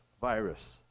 virus